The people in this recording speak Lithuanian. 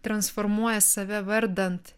transformuoja save vardant